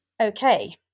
Okay